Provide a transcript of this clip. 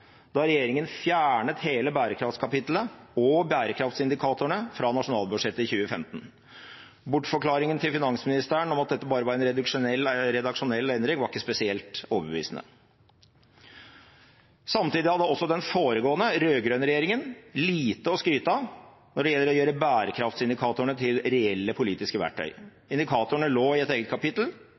da regjeringen fjernet hele bærekraftkapitlet og bærekraftindikatorene fra nasjonalbudsjettet for 2015. Bortforklaringen fra finansministeren om at dette bare var en redaksjonell endring, var ikke spesielt overbevisende. Samtidig har også den foregående, rød-grønne, regjeringen lite å skryte av når det gjelder å gjøre bærekraftindikatorene til reelle politiske verktøy. Indikatorene lå i et eget kapittel,